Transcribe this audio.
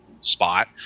spot